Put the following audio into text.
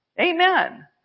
Amen